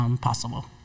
possible